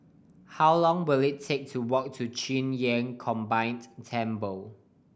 how long will it take to walk to Qing Yun Combined Temple